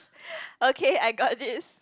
okay I got this